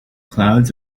clouds